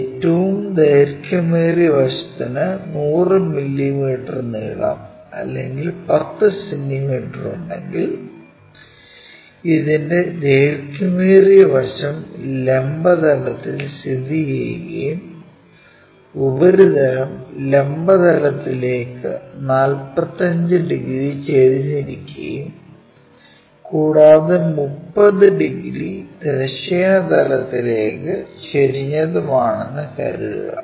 ഏറ്റവും ദൈർഘ്യമേറിയ വശത്തിന് 100 മില്ലീമീറ്റർ നീളം അല്ലെങ്കിൽ 10 സെന്റീമീറ്ററുമുണ്ടെങ്കിൽ അതിന്റെ ദൈർഘ്യമേറിയ വശം ലംബ തലത്തിൽ സ്ഥിതി ചെയുകയും ഉപരിതലം ലംബ തലത്തിലേക്ക് 45 ഡിഗ്രി ചരിഞ്ഞിരിക്കുകയും കൂടാതെ 30 ഡിഗ്രി തിരശ്ചീന തലത്തിലേക്ക് ചെരിഞ്ഞതുമാണെന്ന് കരുതുക